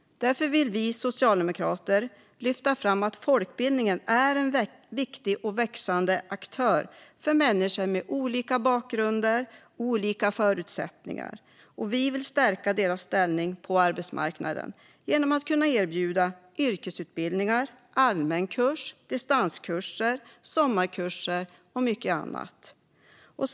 Därför vill vi socialdemokrater lyfta fram att folkbildningen är en viktig och växande aktör för människor med olika bakgrunder och olika förutsättningar. Vi vill stärka deras ställning på arbetsmarknaden genom att erbjuda yrkesutbildningar, allmänna kurser, distanskurser, sommarkurser och mycket annat.